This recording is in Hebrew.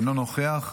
אינו נוכח,